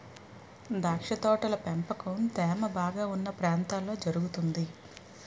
ద్రాక్ష తోటల పెంపకం తేమ బాగా ఉన్న ప్రాంతాల్లో జరుగుతుంది